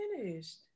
finished